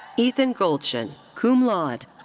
ethan goldschen, cum laude.